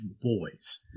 boys